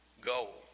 goal